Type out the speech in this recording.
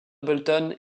bolton